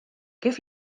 kif